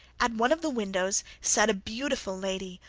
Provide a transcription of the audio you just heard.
at one of the windows sat a beautiful lady,